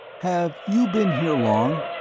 have you been here long?